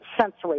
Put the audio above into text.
sensory